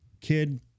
kid